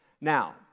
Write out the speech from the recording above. Now